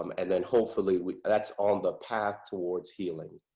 um and then hopefully that's on the path towards healing.